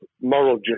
moral